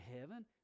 heaven